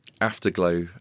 afterglow